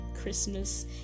christmas